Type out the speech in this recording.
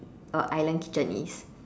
a island kitchen is